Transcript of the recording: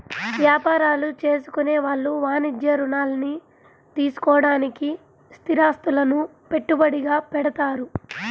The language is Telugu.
యాపారాలు చేసుకునే వాళ్ళు వాణిజ్య రుణాల్ని తీసుకోడానికి స్థిరాస్తులను పెట్టుబడిగా పెడతారు